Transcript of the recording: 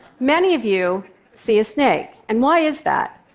many of you see a snake, and why is that?